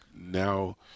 now